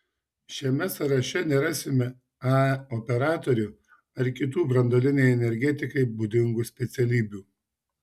šiame sąraše nerasime ae operatorių ar kitų branduolinei energetikai būdingų specialybių